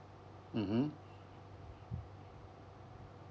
mmhmm